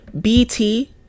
BT